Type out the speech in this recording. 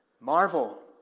Marvel